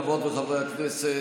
חברות וחברי הכנסת,